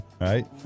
right